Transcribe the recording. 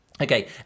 Okay